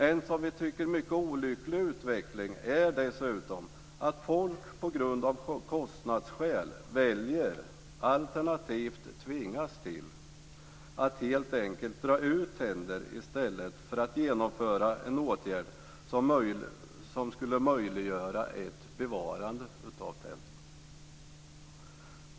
En som vi tycker mycket olycklig utveckling är dessutom att folk av kostnadsskäl väljer, alternativt tvingas till, att helt enkelt dra ut tänder i stället för att genomföra en åtgärd som skulle möjliggöra ett bevarande av tänderna.